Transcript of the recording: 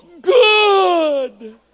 Good